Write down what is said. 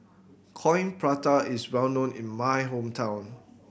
Coin Prata is well known in my hometown